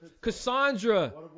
Cassandra